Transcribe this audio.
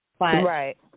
Right